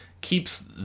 keeps